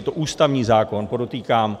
Je to ústavní zákon, podotýkám.